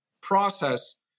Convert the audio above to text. process